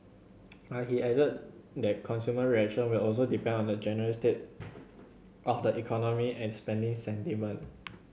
but he added that consumer reaction will also depend on the general state of the economy and spending sentiment